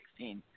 2016